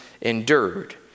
endured